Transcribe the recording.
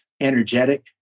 energetic